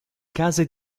case